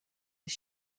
was